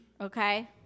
Okay